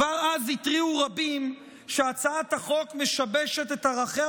כבר אז התריעו רבים שהצעת החוק משבשת את ערכיה